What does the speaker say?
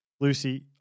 Lucy